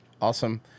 Awesome